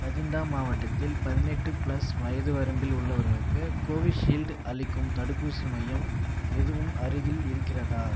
பதிண்டா மாவட்டத்தில் பதினெட்டு பிளஸ் வயது வரம்பில் உள்ளவர்களுக்கு கோவிஷீல்டு அளிக்கும் தடுப்பூசி மையம் எதுவும் அருகில் இருக்கிறதா